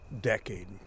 decade